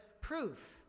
proof